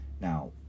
now